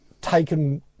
taken